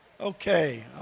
Okay